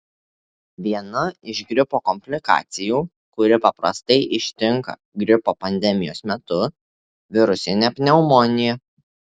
viena iš gripo komplikacijų kuri paprastai ištinka gripo pandemijos metu virusinė pneumonija